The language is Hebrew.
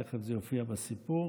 תכף זה יופיע בסיפור,